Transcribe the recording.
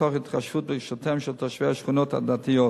מתוך התחשבות ברגשותיהם של תושבי השכונות הדתיות.